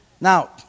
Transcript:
Now